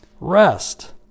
rest